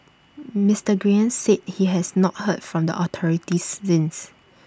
Mister Nguyen said he has not heard from the authorities since